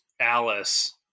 Alice